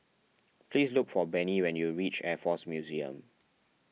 please look for Bennie when you reach Air force Museum